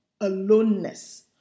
aloneness